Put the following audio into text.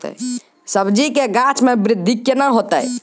सब्जी के गाछ मे बृद्धि कैना होतै?